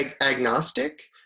agnostic